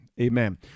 amen